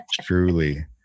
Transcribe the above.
truly